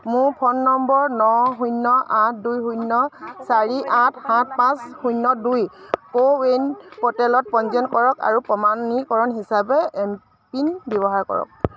মোৰ ফোন নম্বৰ ন শূন্য আঠ দুই শূন্য চাৰি আঠ সাত পাঁচ শূন্য দুই কো ৱিন প'ৰ্টেলত পঞ্জীয়ন কৰক আৰু প্ৰমাণীকৰণ হিচাপে এমপিন ব্যৱহাৰ কৰক